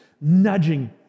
nudging